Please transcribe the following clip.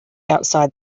outside